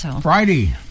Friday